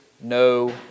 no